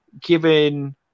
given